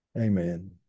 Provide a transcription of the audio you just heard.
Amen